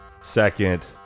second